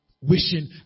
wishing